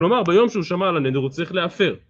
כלומר ביום שהוא שמע על הנדר הוא צריך להפר